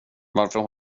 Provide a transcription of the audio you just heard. varför